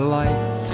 life